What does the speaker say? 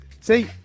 See